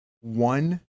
one